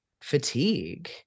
fatigue